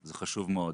זה חשוב מאוד.